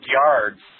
yards